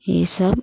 ई सब